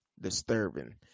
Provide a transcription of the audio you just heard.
Disturbing